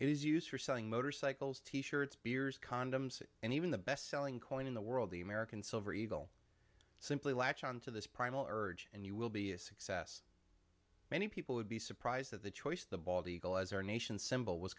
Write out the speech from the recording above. it is used for selling motorcycles t shirts beers condoms and even the best selling coin in the world the american silver eagle simply latch on to this primal urge and you will be a success many people would be surprised at the choice of the bald eagle as our nation's symbol was